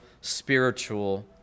spiritual